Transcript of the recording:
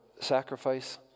sacrifice